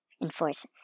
enforce